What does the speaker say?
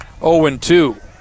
0-2